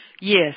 Yes